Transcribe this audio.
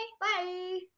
Bye